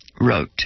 wrote